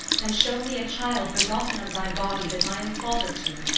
and show me a child begotten of thy body that i am father to,